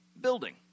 building